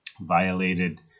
violated